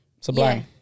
Sublime